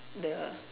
the